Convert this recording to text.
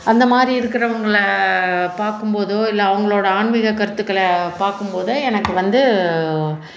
அந்த மாதிரி இருக்கிறவங்கள பார்க்கும்போதோ இல்லை அவங்களோட ஆன்மீக கருத்துக்களை பார்க்கும்போதோ எனக்கு வந்து